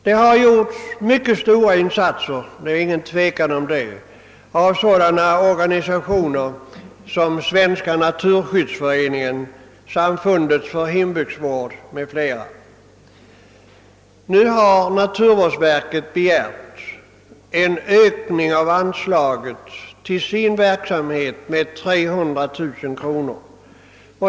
Det har gjorts mycket — det är inget tvivel om den saken — av sådana organisationer som Svens Nu har naturvårdsverket begärt en ökning av anslaget till sin verksamhet med 300 000 kronor.